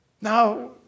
Now